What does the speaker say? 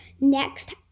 next